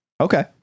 Okay